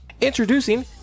Introducing